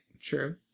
True